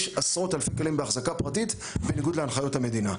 יש עשרות אלפי כלים בהחזקה פרטית בניגוד להנחיות המדינה.